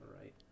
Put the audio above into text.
right